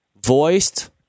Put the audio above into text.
voiced